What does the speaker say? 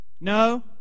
No